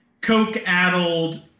coke-addled